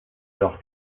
leur